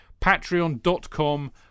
patreon.com